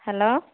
hello